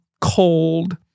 cold